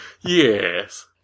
Yes